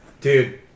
dude